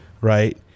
right